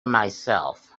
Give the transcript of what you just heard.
myself